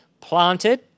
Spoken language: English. planted